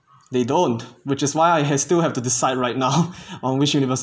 they don't which is why I still have to decide right now on which university